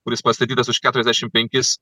kuris pastatytas už keturiasdešim penkis